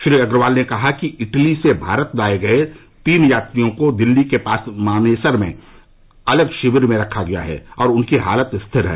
श्री अग्रवाल ने कहा कि इटली से भारत लाए गए तीन यात्रियों को दिल्ली के पास मानेसर में बने अलग शिविर में रखा गया है और उनकी हालत स्थिर है